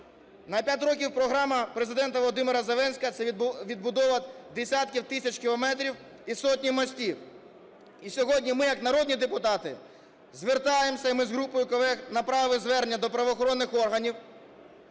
На 5 років програма Президента Володимира Зеленського – це відбудова десятків тисяч кілометрів і сотні мостів. І сьогодні ми як народні депутати, звертаємося, і ми з групою колег направили звернення до правоохоронних органів: